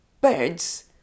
birds